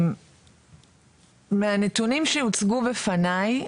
מהנתונים שהוצגו בפניי